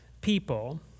people